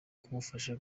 kumufasha